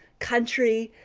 country,